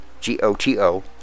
G-O-T-O